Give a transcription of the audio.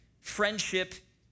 friendship